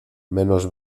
menos